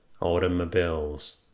automobiles